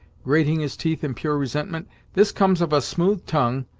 grating his teeth in pure resentment this comes of a smooth tongue,